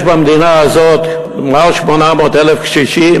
יש במדינה הזאת יותר מ-800,000 קשישים